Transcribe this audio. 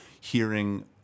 hearing